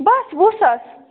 بَس وُہ ساس